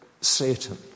Satan